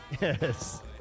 Yes